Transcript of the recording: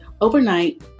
overnight